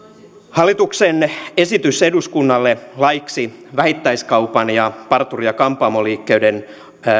hallituksen esitys eduskunnalle laiksi vähittäiskaupan ja parturi ja kampaamoliikkeiden